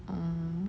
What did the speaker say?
mm